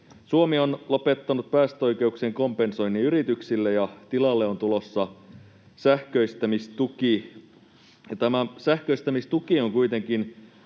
Suomi on lopettanut päästöoikeuksien kompensoinnin yrityksille, ja tilalle on tulossa sähköistämistuki. Tämä sähköistämistuki on kuitenkin